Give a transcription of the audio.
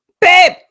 babe